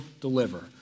deliver